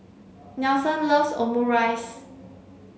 Nelson loves Omurice